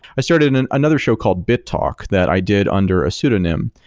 i started and another show called bit talk that i did under a pseudonym,